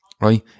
right